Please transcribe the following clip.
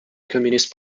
communist